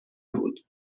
بود